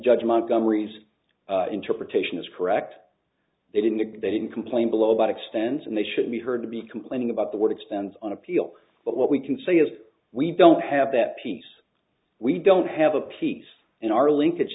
judge montgomery's interpretation is correct they didn't they didn't complain below about extends and they should be heard to be complaining about the word expense on appeal but what we can say is we don't have that piece we don't have a piece in our linkage